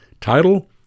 Title